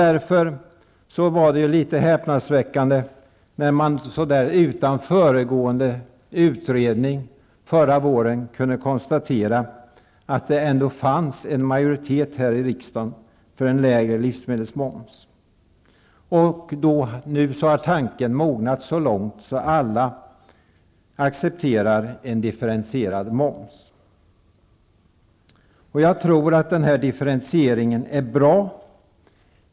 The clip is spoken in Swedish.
Därför var det litet häpnadsväckande när man utan föregående utredning kunde konstatera att det förra våren ändå fanns en majoritet här i riksdagen för en lägre livsmedelsmoms. Nu har tanken mognat och alla accepterar en differentierad moms. Jag tror att denna differentiering är bra.